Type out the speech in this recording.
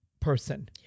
person